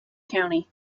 county